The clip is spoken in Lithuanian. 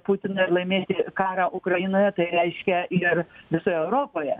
putiną ir laimėti karą ukrainoje tai reiškia ir visoje europoje